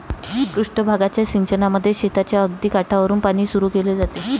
पृष्ठ भागाच्या सिंचनामध्ये शेताच्या अगदी काठावरुन पाणी सुरू केले जाते